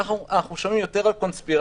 כך אנחנו שומעים יותר על קונספירציה,